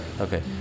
Okay